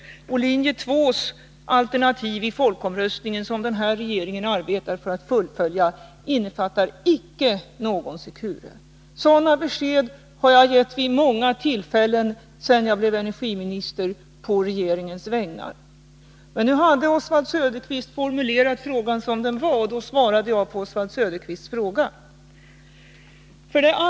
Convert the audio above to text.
Linje 2:s alternativ i folkomröstningen, som denna regering arbetar för att fullfölja, innefattar icke någon Securereaktor. Sådana besked har jag på regeringens vägnar gett vid många tillfällen sedan jag blev energiminister. Men nu hade Oswald Söderqvist formulerat frågan på ett annat sätt, och jag svarade på hans fråga.